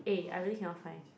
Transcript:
eh I really cannot find